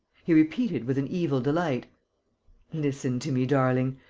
he repeated, with an evil delight listen to me, darling.